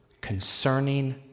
concerning